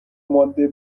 ماده